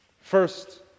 First